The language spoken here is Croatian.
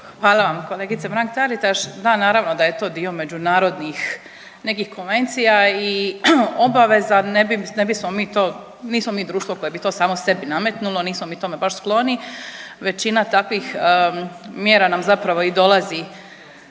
Hvala vam kolegice Mrak-Taritaš. Da, naravno da je to dio međunarodnih nekih konvencija i obaveza, ne bi, ne bismo mi to, nismo mi društvo koje bi to samo sebi nametnulo, nismo mi tome baš skloni, većina takvih mjera nam zapravo i dolazi